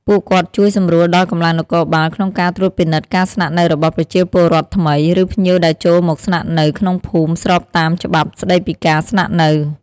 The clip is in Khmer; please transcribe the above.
ពួកគាត់ជួយសម្រួលដល់កម្លាំងនគរបាលក្នុងការត្រួតពិនិត្យការស្នាក់នៅរបស់ប្រជាពលរដ្ឋថ្មី ឬភ្ញៀវដែលចូលមកស្នាក់នៅក្នុងភូមិស្របតាមច្បាប់ស្ដីពីការស្នាក់នៅ។